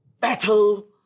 Battle